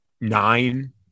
nine